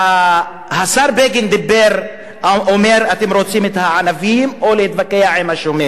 השר בגין אומר: אתם רוצים את הענבים או להתווכח עם השומר?